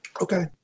Okay